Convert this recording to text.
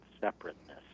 separateness